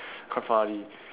quite funny